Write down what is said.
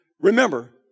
Remember